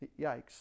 Yikes